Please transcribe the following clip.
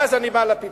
ואז אני בא לפתרון.